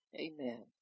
Amen